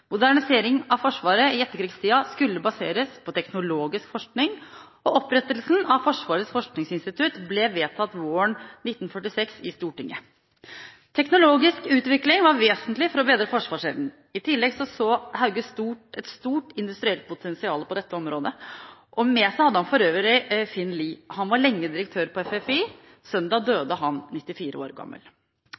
av Forsvaret i etterkrigstida skulle baseres på teknologisk forskning, og opprettelsen av Forsvarets forskningsinstitutt ble vedtatt våren 1946 i Stortinget. Teknologisk utvikling var vesentlig for å bedre forsvarsevnen. I tillegg så Hauge et stort industrielt potensial på dette området. Han hadde for øvrig med seg Finn Lied. Han var lenge direktør på FFI. Søndag døde han, 98 år gammel.